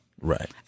Right